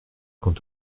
quant